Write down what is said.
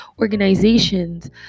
organizations